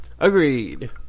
agreed